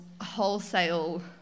wholesale